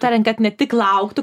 tariant kad ne tik lauktų